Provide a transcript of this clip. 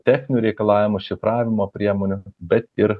techninių reikalavimų šifravimo priemonių bet ir